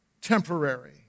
temporary